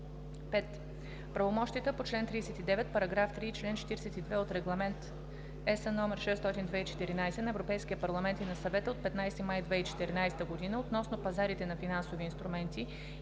5. правомощията по чл. 39, параграф 3 и чл. 42 от Регламент (ЕС) № 600/2014 на Европейския парламент и на Съвета от 15 май 2014 г. относно пазарите на финансови инструменти